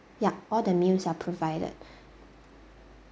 ya all the meals are provided